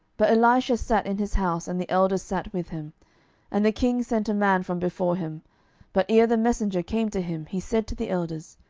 but elisha sat in his house, and the elders sat with him and the king sent a man from before him but ere the messenger came to him, he said to the elders,